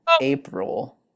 April